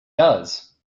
does